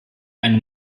eine